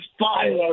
fire